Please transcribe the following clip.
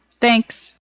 thanks